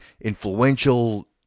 influential